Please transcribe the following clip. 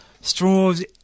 straws